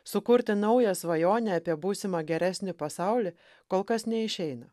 sukurti naują svajonę apie būsimą geresnį pasaulį kol kas neišeina